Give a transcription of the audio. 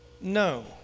No